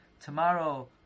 Tomorrow